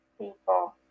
people